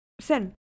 sin